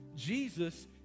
Jesus